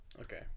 Okay